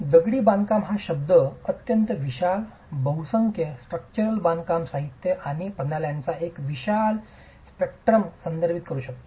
दगडी बांधकाम हा शब्द अत्यंत विशाल बहुसंख्य स्ट्रक्चरल बांधकाम साहित्य आणि प्रणाल्यांचा एक विशाल स्पेक्ट्रम संदर्भित करू शकतो